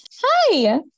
Hi